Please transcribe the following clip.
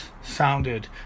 sounded